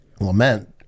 lament